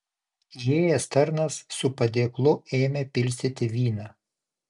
įėjęs tarnas su padėklu ėmė pilstyti vyną